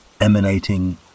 emanating